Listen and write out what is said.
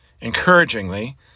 encouragingly